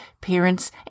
parents